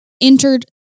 entered